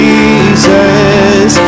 Jesus